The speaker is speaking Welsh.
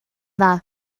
dda